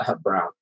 brown